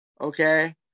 okay